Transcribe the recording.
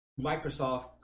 Microsoft